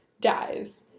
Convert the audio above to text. dies